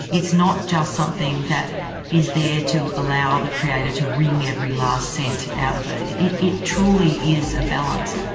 it's not just something that is there to allow the creator to ring every last cent out of it, it it truly is a balance.